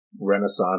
renaissance